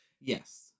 Yes